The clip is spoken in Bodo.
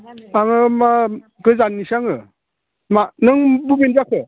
आङो मा गोजाननिसो आङो मा नों बबेनि जाखो